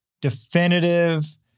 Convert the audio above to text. definitive